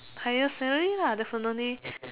higher salary lah definitely